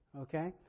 okay